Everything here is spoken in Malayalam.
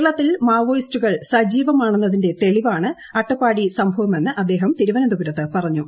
കേരളത്തിൽ മാവോയിസ്റ്റുകൾ സജീവമാണെന്നതിന്റെ തെളിവാ ണ് അട്ടപ്പാടി സംഭവമെന്ന് അദ്ദേഹം തിരുവനന്തപുരത്ത് പറഞ്ഞു